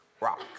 rock